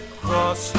cross